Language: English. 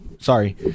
Sorry